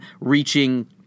reaching